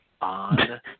on